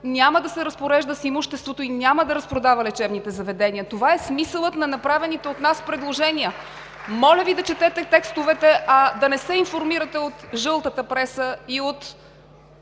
няма да се разпорежда с имуществото и няма да разпродава лечебните заведения. Това е смисълът на направените от нас предложения. (Ръкопляскания от ГЕРБ.) Моля Ви да четете текстовете, а да не се информирате от жълтата преса и от